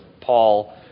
Paul